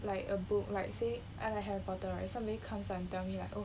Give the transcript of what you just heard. like a book like say I like harry potter right when somebody comes and tell me like oh